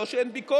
לא שאין ביקורת,